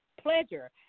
pleasure